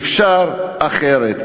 אפשר אחרת,